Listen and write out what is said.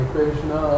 Krishna